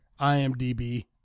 imdb